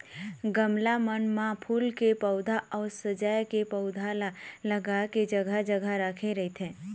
गमला मन म फूल के पउधा अउ सजाय के पउधा ल लगा के जघा जघा राखे रहिथे